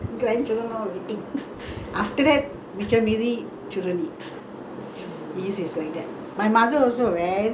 this is like that my mother also very supportive lah of my father she don't bother about own children for her husband lah like god like that